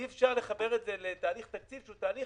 אי אפשר לחבר את זה לתהליך תקציב שהוא תהליך